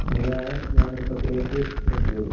അങ്ങനെയാണ് ഞാൻ നൃത്തത്തിലേക്ക് എത്തിയത്